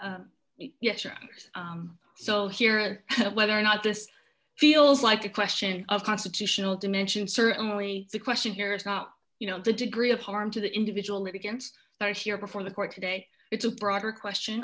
yes or act so here whether or not this feels like a question of constitutional dimension certainly the question here is not you know the degree of harm to the individual against the here before the court today it's a broader question